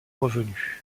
revenus